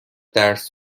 درس